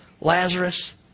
Lazarus